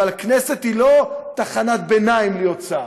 אבל הכנסת היא לא תחנת ביניים להיות שר,